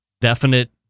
definite